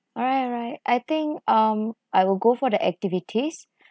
alright alright I think um I will go for the activities